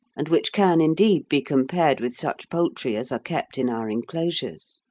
and which can, indeed, be compared with such poultry as are kept in our enclosures.